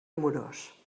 amorós